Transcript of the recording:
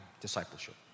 discipleship